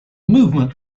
movement